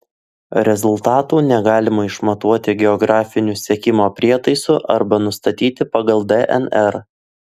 rezultatų negalima išmatuoti geografiniu sekimo prietaisu arba nustatyti pagal dnr